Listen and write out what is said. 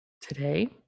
today